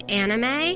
anime